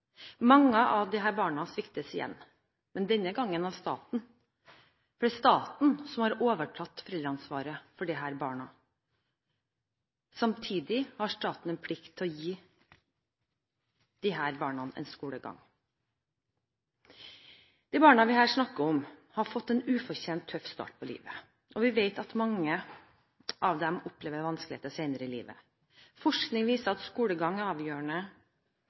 Mange av disse barna sviktes igjen, men denne gangen av staten, for det er staten som har overtatt foreldreansvaret for disse barna. Samtidig har staten en plikt til å gi disse barna en skolegang. De barna vi her snakker om, har fått en ufortjent tøff start på livet. Vi vet at mange av dem opplever vanskeligheter senere i livet. Forskning viser at skolegang er avgjørende